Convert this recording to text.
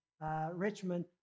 Richmond